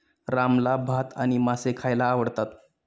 रामला भात आणि मासे खायला आवडतात